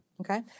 Okay